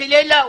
טילי לאו.